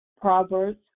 Proverbs